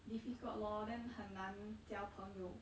difficult lor then 很难交朋友